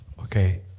Okay